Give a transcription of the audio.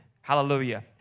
Hallelujah